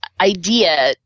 idea